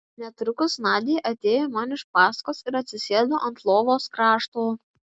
netrukus nadia atėjo man iš paskos ir atsisėdo ant lovos krašto